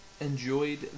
enjoyed